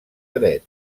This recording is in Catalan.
dret